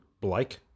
Blake